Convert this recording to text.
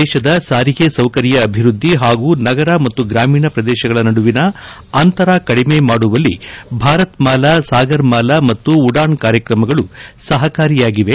ದೇಶದ ಸಾರಿಗೆ ಸೌಕರ್ಯ ಅಭಿವೃದ್ದಿ ಹಾಗೂ ನಗರ ಮತ್ತು ಗ್ರಾಮೀಣ ಪ್ರದೇಶಗಳ ನಡುವಿನ ಅಂತರ ಕಡಿಮೆ ಮಾಡುವಲ್ಲಿ ಭಾರತ್ ಮಾಲಾ ಸಾಗರ್ ಮಾಲಾ ಮತ್ತು ಉಡಾನ್ ಕಾರ್ಯಕ್ರಮಗಳು ಸಹಕಾರಿಯಾಗಿವೆ